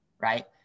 right